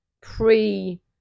pre